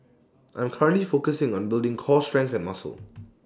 I am currently focusing on building core strength and muscle